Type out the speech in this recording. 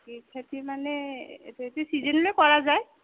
কি খেতি মানে এইটো চিজন লৈ কৰা যায়